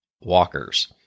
walkers